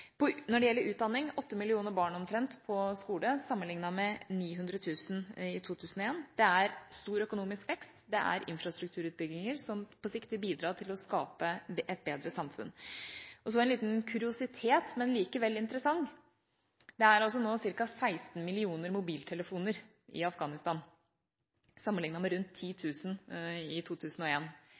på skole, sammenliknet med 900 000 i 2001. Det er stor økonomisk vekst. Det er infrastrukturutbygginger som på sikt vil bidra til å skape et bedre samfunn. En liten kuriositet, men likevel interessant: Det er nå 16 millioner mobiltelefoner i Afghanistan, sammenliknet med rundt 10 000 i